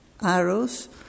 arrows